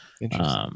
Interesting